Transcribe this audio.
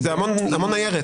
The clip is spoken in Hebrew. זה המון ניירת.